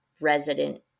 resident